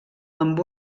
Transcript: amb